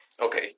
Okay